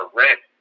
rent